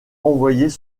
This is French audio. envoyés